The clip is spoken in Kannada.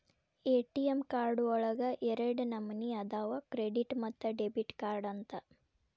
ಎ.ಟಿ.ಎಂ ಕಾರ್ಡ್ ಒಳಗ ಎರಡ ನಮನಿ ಅದಾವ ಕ್ರೆಡಿಟ್ ಮತ್ತ ಡೆಬಿಟ್ ಕಾರ್ಡ್ ಅಂತ